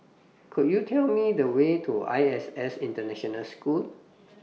Could YOU Tell Me The Way to ISS International School